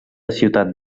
ciutat